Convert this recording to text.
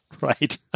Right